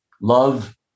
Love